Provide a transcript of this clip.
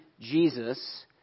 Jesus